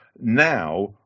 Now